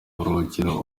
buruhukiro